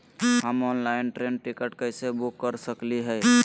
हम online train ticket कैसे book कर सकली हई?